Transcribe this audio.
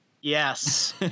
Yes